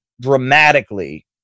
dramatically